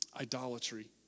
idolatry